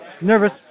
nervous